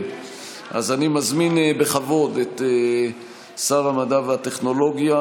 אני מזמין בכבוד את שר המדע והטכנולוגיה